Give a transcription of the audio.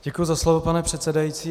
Děkuji za slovo, pane předsedající.